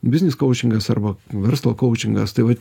biznis koučingas arba verslo koučingas tai va